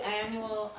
annual